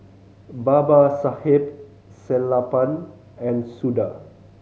Babasaheb Sellapan and Suda